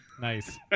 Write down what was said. Nice